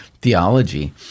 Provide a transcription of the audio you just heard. theology